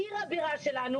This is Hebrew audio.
עיר הבירה שלנו.